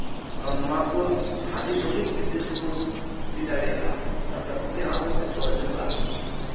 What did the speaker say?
ᱱᱚᱶᱟ ᱠᱚ ᱵᱷᱟᱹᱜᱤ ᱥᱚᱴᱷᱤᱠ ᱡᱤᱱᱤᱥ ᱠᱚ ᱤᱫᱤ ᱫᱟᱲᱮᱭᱟᱜᱼᱟ ᱛᱟᱦᱞᱮ ᱟᱵᱚ ᱴᱷᱮᱡ ᱠᱚ ᱦᱤᱡᱩᱜᱼᱟ